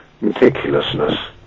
meticulousness